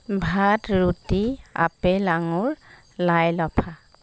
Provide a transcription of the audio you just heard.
ভাত ৰুটি আপেল আঙুৰ লাই লফা